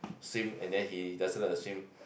swim and then he doesn't like to swim